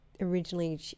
originally